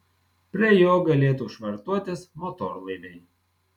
prie jo galėtų švartuotis motorlaiviai